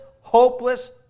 hopeless